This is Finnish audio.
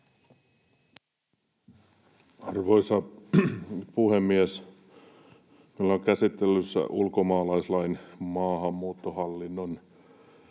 Arvoisa puhemies! Meillä on käsittelyssä ulkomaalaislain, maahanmuuttohallinnon